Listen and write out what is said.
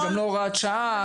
גם לא הוראת שעה,